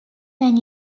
when